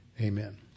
Amen